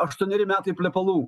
aštuoneri metai plepalų